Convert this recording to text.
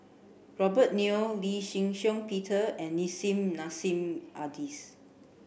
Robert Yeo Lee Shih Shiong Peter and Nissim Nassim Adis